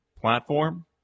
platform